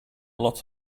lot